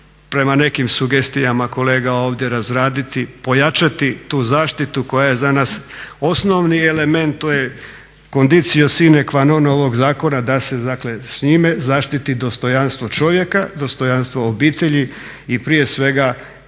prema nekim sugestijama kolega ovdje razraditi, pojačati tu zaštitu koja je za nas osnovni element, to je kondicio sine qua non ovog zakona da se s njime zaštiti dostojanstvo čovjeka, dostojanstvo obitelji i prije svega